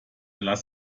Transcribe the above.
lass